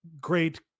great